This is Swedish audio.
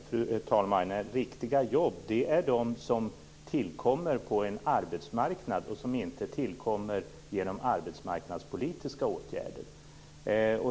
Fru talman! Riktiga jobb tillkommer på en arbetsmarknad och inte genom arbetsmarknadspolitiska åtgärder.